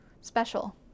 special